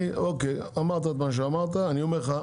אני חושב,